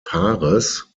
paares